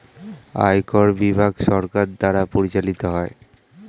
আয়কর বিভাগ সরকার দ্বারা পরিচালিত হয়